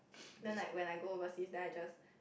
then like when I go overseas then I just